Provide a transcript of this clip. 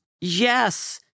yes